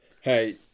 hey